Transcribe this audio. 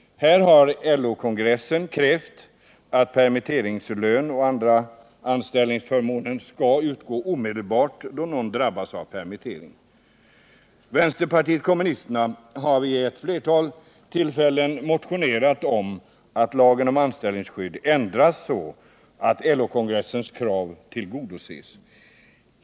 LO-kongressen har krävt att permitteringslön och andra anställningsförmåner skall utgå omedelbart då någon drabbas av permittering. Vänsterpartiet kommunisterna har vid ett flertal tillfällen motionerat om att lagen om anställningsskydd skall ändras så att LO-kongressens krav tillgodoses.